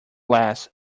less